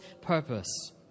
purpose